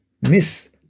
miss